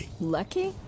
Lucky